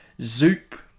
Zoop